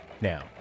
now